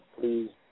please